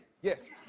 Yes